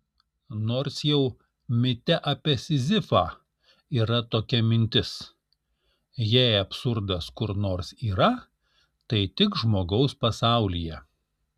nors jau mite apie sizifą yra tokia mintis jei absurdas kur nors yra tai tik žmogaus pasaulyje